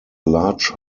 large